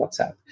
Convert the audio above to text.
WhatsApp